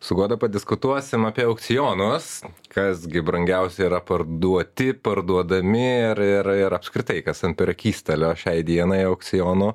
su guoda padiskutuosim apie aukcionus kas gi brangiausia yra parduoti parduodami ir ir ir apskritai kas ant prekystalio šiai dienai aukciono